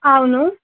అవును